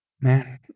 Man